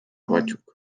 batzuk